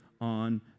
on